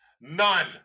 none